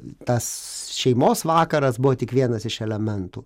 tas šeimos vakaras buvo tik vienas iš elementų